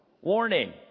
Warning